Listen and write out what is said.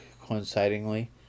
Coincidentally